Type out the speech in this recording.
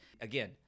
again